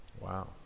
Wow